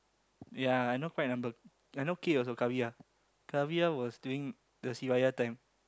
ya I know quite a number I know K also Keviar Keviar was doing the time